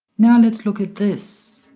now let's look at this